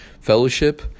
fellowship